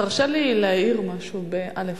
תרשה לי להאיר משהו, באל"ף,